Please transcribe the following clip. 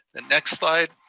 the next slide.